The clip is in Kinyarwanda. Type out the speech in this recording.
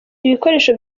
ibikoresho